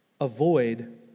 Avoid